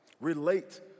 relate